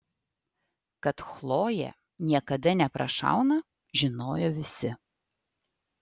kad chlojė niekada neprašauna žinojo visi